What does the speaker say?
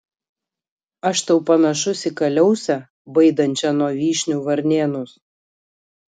aš tau panašus į kaliausę baidančią nuo vyšnių varnėnus